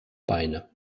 beine